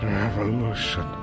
revolution